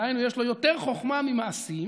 דהיינו יש לו יותר חוכמה ממעשים,